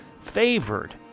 favored